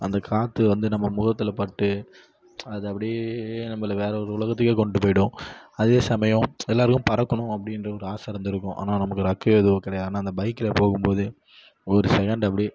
அந்த காற்று வந்து நம்ம முகத்தில் பட்டு அது அப்படியே நம்மளை வேறு ஒரு உலகத்துக்கே கொண்டுட்டு போயிவிடும் அதே சமயம் எல்லாருக்கும் பறக்கணும் அப்படின்ற ஒரு ஆசை இருந்து இருக்கும் ஆனால் நமக்கு றெக்க எதுவும் கிடையாதுனா அந்த பைக்கில போகும்போது ஒரு செக்கெண்டு அப்டே